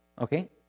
okay